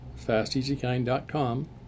fasteasykind.com